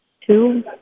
two